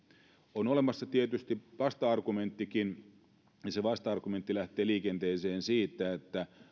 on olemassa tietysti vasta argumenttikin ja se vasta argumentti lähtee liikenteeseen siitä että